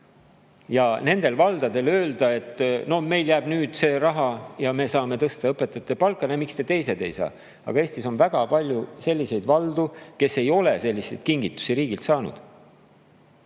Ja nendel valdadel [on hea] öelda, et meil on nüüd see raha ja me saame tõsta õpetajate palka, miks te teised ei saa. Aga Eestis on väga palju selliseid valdu, kes ei ole selliseid kingitusi riigilt saanud.